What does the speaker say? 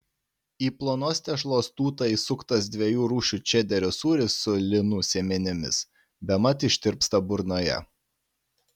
į plonos tešlos tūtą įsuktas dviejų rūšių čederio sūris su linų sėmenimis bemat ištirpsta burnoje